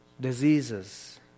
diseases